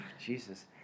Jesus